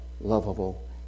lovable